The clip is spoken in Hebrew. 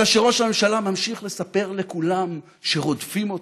אלא שראש הממשלה ממשיך לספר לכולם שרודפים אותו,